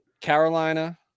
Carolina